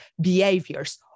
behaviors